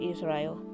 Israel